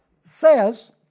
says